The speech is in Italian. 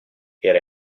era